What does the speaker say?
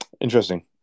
Interesting